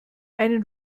einen